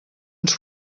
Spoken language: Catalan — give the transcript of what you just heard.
ens